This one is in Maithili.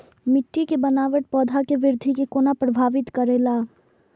मिट्टी के बनावट पौधा के वृद्धि के कोना प्रभावित करेला?